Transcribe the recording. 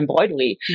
embroidery